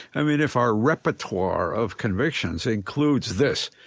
i mean, if our repertoire of convictions includes this,